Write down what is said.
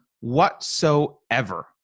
whatsoever